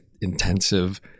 intensive